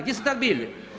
Gdje ste tad bili?